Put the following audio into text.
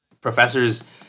professors